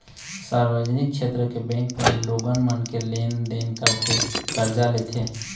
सार्वजनिक छेत्र के बेंक म लोगन मन लेन देन करथे, करजा लेथे